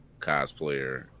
cosplayer